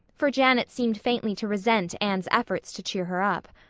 for janet seemed faintly to resent anne's efforts to cheer her up.